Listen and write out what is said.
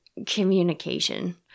communication